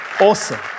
Awesome